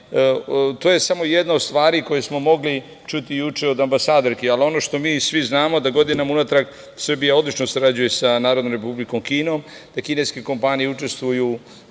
je samo jedna od stvari koju smo mogli čuti juče od ambasadorke, ali ono što mi svi znamo da godinama unatrag Srbija odlično sarađuje sa Narodnom Republikom Kinom, da kineske kompanije učestvuju i